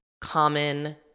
common